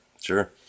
Sure